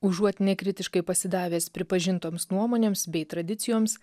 užuot nekritiškai pasidavęs pripažintoms nuomonėms bei tradicijoms